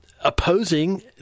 opposing